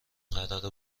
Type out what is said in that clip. قراره